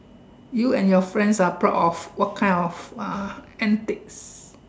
you and your friends are proud of what kind of uh antic